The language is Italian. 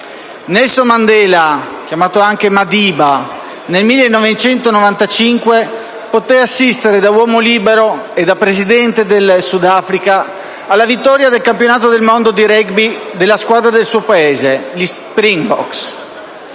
Nelson Mandela, chiamato anche Madiba, nel 1995 poté assistere da uomo libero e da Presidente del Sudafrica alla vittoria del campionato del mondo di *rugby* da parte della squadra del suo Paese, gli "Springboks".